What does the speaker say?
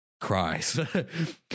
cries